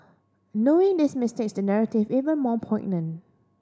knowing this mistakes the narrative even more poignant